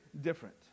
different